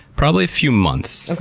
probably a few months.